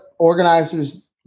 Organizers